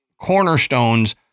cornerstones